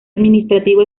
administrativo